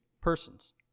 persons